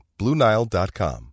BlueNile.com